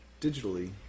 digitally